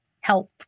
help